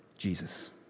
Jesus